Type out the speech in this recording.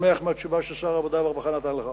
שמח מהתשובה ששר העבודה והרווחה נתן לך.